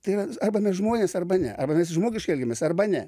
tai yra arba mes žmonės arba ne arba mes žmogiškai elgiamės arba ne